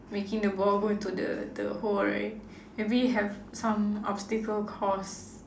making the ball go into the the hole right maybe have some obstacle course